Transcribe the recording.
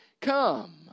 come